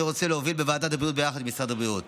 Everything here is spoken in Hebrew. רוצה להוביל בוועדת הבריאות יחד עם משרד הבריאות.